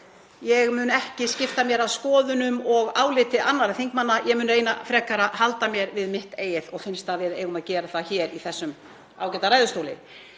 Ég mun ekki skipta mér af skoðunum og áliti annarra þingmanna en mun frekar reyna að halda mér við mitt eigið og finnst að við eigum að gera það hér í þessum ágæta ræðustóli.